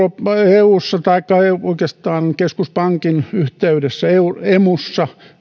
eussa taikka oikeastaan keskuspankin yhteydessä emussa